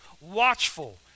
watchful